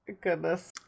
goodness